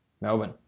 Melbourne